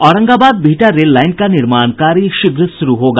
Aurangabad Bihta rail line का निर्माण कार्य शीघ्र श्रू होगा